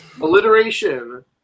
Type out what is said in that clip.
Alliteration